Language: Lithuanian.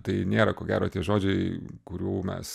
tai nėra ko gero tie žodžiai kurių mes